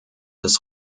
des